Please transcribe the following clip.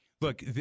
Look